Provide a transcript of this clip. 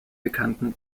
bekannten